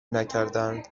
نکردند